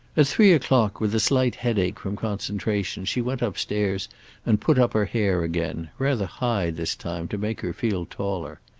at three o'clock, with a slight headache from concentration, she went upstairs and put up her hair again rather high this time to make her feel taller.